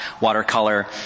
watercolor